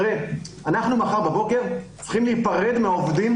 מחר בבוקר אנחנו צריכים להיפרד מהעובדים